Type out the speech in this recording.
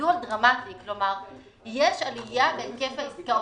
גידול דרמטי, כלומר, יש עלייה בהיקף העסקאות.